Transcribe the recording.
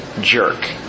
jerk